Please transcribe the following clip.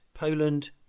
Poland